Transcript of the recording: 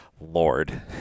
Lord